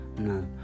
no